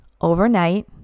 overnight